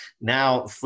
Now